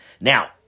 Now